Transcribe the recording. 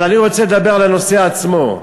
אבל אני רוצה לדבר על הנושא עצמו.